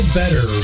better